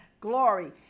glory